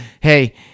hey